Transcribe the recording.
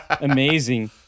amazing